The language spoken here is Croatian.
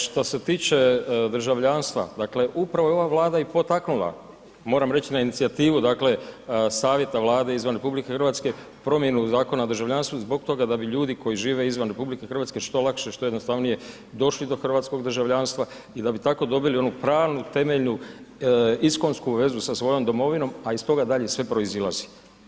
Što se tiče državljanstva, dakle upravo je ova Vlada i potaknula, moram reći na inicijativu, dakle Savjeta Vlade izvan RH promjenu Zakona o državljanstvu zbog toga da bi ljudi koji žive izvan RH što lakše, što jednostavnije došli do hrvatskog državljanstva i da bi tako dobili onu pravnu temeljnu iskonsku vezu sa svojom domovinom, a iz toga dalje sve proizilazi.